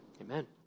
amen